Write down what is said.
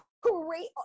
great